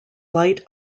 light